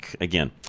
again